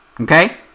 Okay